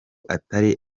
atari